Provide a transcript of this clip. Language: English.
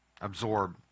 absorb